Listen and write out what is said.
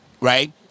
right